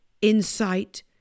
insight